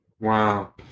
Wow